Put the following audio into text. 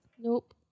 nope